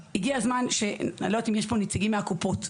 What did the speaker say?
אני לא יודעת אם יש פה נציגים מהקופות,